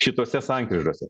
šitose sankryžose